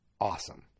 awesome